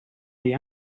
the